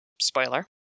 Spoiler